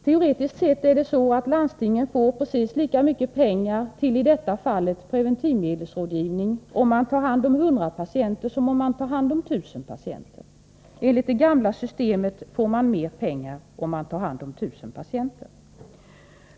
Teoretiskt sett får landstingen precis lika mycket pengar till i detta fall preventivmedelsrådgivning om de tar hand om 100 patienter som om de tar hand om 1 000 patienter. Enligt det gamla systemet får man mer pengar om man tar hand om 1 000 patienter.